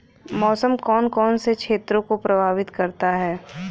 मौसम कौन कौन से क्षेत्रों को प्रभावित करता है?